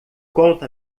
conta